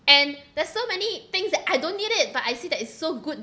and there's so many things that I don't need it but I see that is so good